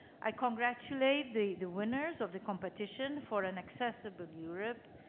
i congratulate the the winners of the competition for an accessible europe,